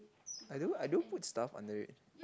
I don't I don't put stuff under it